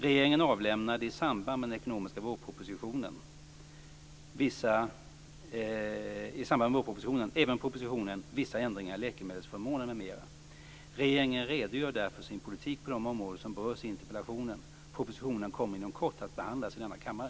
Regeringen redogör där för sin politik på de områden som berörs i interpellationen. Propositionen kommer inom kort att behandlas i denna kammare.